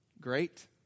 great